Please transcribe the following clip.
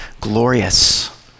glorious